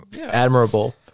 admirable